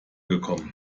gekommen